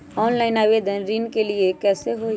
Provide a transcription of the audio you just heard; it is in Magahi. ऑनलाइन आवेदन ऋन के लिए कैसे हुई?